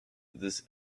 this